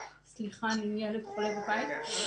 סליחה, הילד שלי חולה בבית.